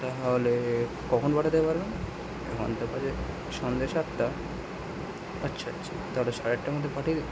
তাহলে কখন পাঠাতে পারবেন ঘন্টাখানেক সন্ধে সাতটা আচ্ছা আচ্ছা তাহলে সাড়ে আটটার মধ্যে পাঠিয়ে দিন